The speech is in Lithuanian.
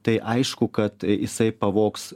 tai aišku kad jisai pavogs